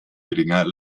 geringer